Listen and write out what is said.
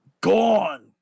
Gone